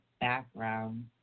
background